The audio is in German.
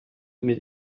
mit